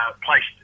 placed